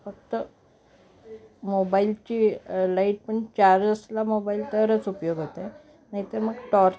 फक्त मोबाईलची लाईट पण चार्ज असला मोबाईल तरच उपयोग होते नाही तर मग टॉर्च